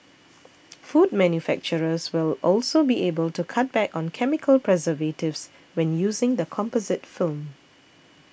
food manufacturers will also be able to cut back on chemical preservatives when using the composite film